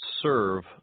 serve